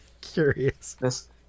curious